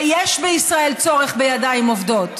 ויש בישראל צורך בידיים עובדות.